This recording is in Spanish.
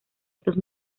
estos